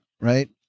right